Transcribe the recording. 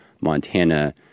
Montana